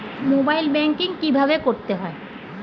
Mobile banking কীভাবে করতে হয়?